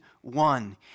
one